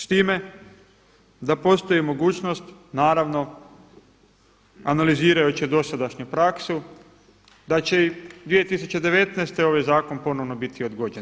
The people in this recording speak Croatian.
S time da postoji mogućnost, naravno analizirajući dosadašnju praksu da će i 2019. ovaj zakon ponovno biti odgođen.